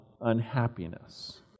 unhappiness